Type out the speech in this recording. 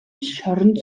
шоронд